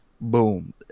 boom